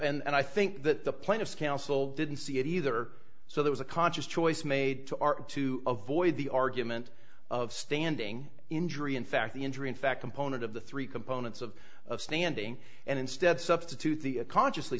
that and i think that the plaintiff's council didn't see it either so there was a conscious choice made to our to avoid the argument of standing injury in fact the injury in fact component of the three components of standing and instead substitute the consciously